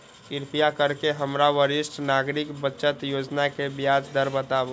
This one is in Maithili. कृपा करके हमरा वरिष्ठ नागरिक बचत योजना के ब्याज दर बताबू